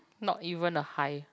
not even a high